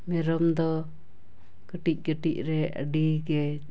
ᱢᱮᱨᱚᱢ ᱫᱚ ᱠᱟᱹᱴᱤᱡ ᱠᱟᱹᱴᱤᱡ ᱨᱮ ᱟᱹᱰᱤ ᱜᱮ